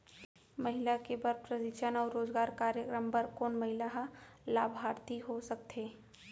महिला के बर प्रशिक्षण अऊ रोजगार कार्यक्रम बर कोन महिला ह लाभार्थी हो सकथे?